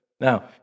Now